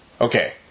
Okay